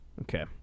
Okay